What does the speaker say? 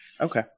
Okay